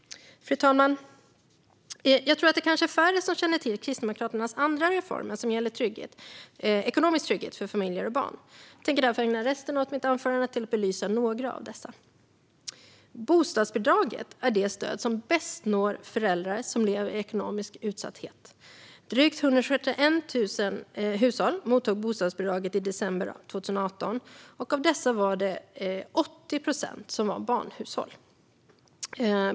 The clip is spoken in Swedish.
Fru talman! Jag tror att det kanske är färre som känner till Kristdemokraternas övriga reformer som gäller ekonomisk trygghet för familjer och barn. Jag tänker därför ägna resten av mitt anförande åt att belysa några av dessa. Bostadsbidraget är det stöd som bäst når föräldrar som lever i ekonomisk utsatthet. Drygt 171 000 mottog bostadsbidraget i december 2018. Av dessa var 80 procent barnhushåll.